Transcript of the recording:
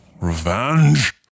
Revenge